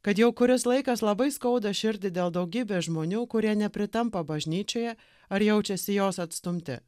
kad jau kuris laikas labai skauda širdį dėl daugybė žmonių kurie nepritampa bažnyčioje ar jaučiasi jos atstumti